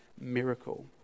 miracle